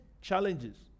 challenges